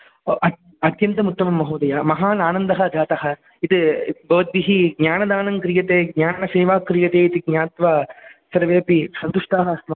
ओ अत् अत्यन्तम् उत्तमं महोदय महान् आनन्दः जातः भवद्भिः ज्ञानदानं क्रियते ज्ञानसेवा क्रियते इति ज्ञात्वा सर्वेपि सन्तुष्टाः स्मः